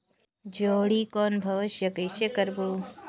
जोणी कौन व्यवसाय कइसे करबो?